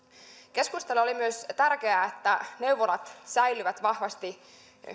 keskustelu oli myös tärkeää neuvolat säilyvät vahvasti